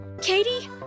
Katie